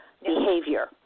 behavior